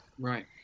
Right